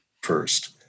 first